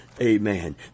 Amen